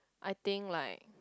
I think like